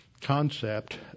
concept